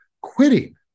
Quitting